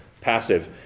passive